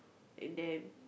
and then